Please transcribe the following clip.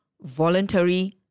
voluntary